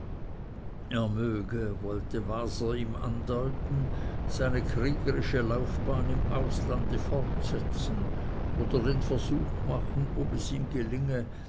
möge wollte waser ihm andeuten seine kriegerische laufbahn im auslande fortsetzen oder den versuch machen ob es ihm gelinge